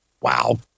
Wow